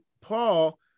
Paul